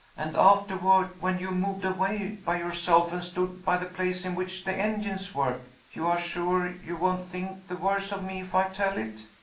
and afterward, when you moved away by yourself, and stood by the place in which the engines work you are sure you won't think the worse of me, if i tell it?